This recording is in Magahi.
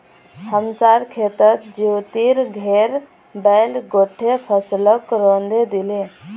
हमसार खेतत ज्योतिर घेर बैल गोट्टे फसलक रौंदे दिले